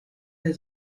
der